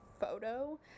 photo